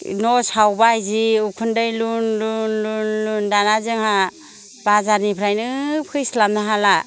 न' सावबाय जि उखुन्दै लुन लुन लुन लुन दाना जोंहा बाजारनिफ्रायनो फैस्लाबनो हाला